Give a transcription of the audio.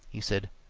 he said.